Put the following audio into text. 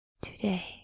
Today